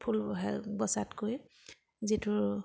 ফুল বচাতকৈ যিটো